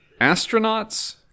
astronauts